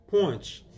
points